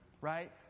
right